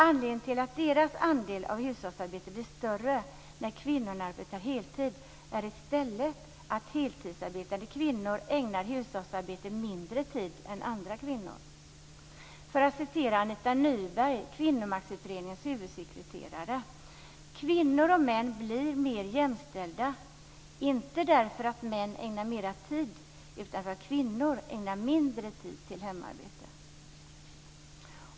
Anledningen till att deras andel av hushållsarbetet blir större när kvinnorna arbetar heltid är i stället att heltidsarbetande kvinnor ägnar hushållsarbetet mindre tid än andra kvinnor. För att citera Anita kvinnor och män blir mer jämställda inte därför att män ägnar mera tid, utan därför att kvinnor ägnar mindre tid till hemarbete.